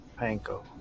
panko